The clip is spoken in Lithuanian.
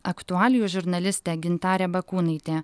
aktualijų žurnalistė gintarė bakūnaitė